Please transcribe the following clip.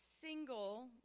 single